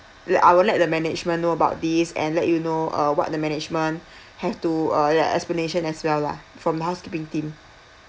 le~ I will let the management know about these and let you know uh what the management have to uh explanation as well lah from the housekeeping team